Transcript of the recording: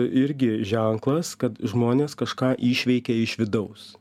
irgi ženklas kad žmonės kažką išveikė iš vidaus